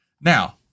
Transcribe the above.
Now